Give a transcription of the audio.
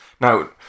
Now